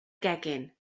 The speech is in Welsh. gegin